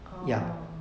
orh